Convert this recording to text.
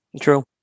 True